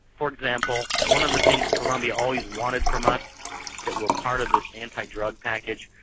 for example, one of the things colombia always wanted from us that were part of this anti-drug package,